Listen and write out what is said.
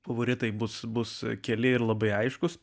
favoritai bus bus keli ir labai aiškūs